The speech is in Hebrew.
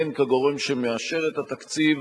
הן כגורם שמאשר את התקציב,